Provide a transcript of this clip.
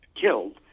killed